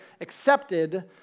accepted